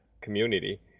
community